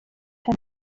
hano